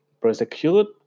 prosecute